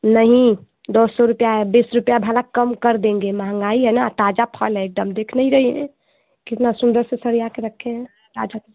नहीं नहीं दो सौ रुपये है बीस रुपये भला कम कर देंगे महंगाई है ना ताज़ा फल है एक दम देख नहीं रही हैं कितना सुंदर से सजाकर रखे है आ जाओ